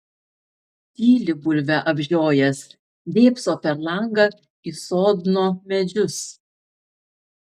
tyli bulvę apžiojęs dėbso per langą į sodno medžius